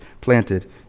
planted